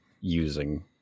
using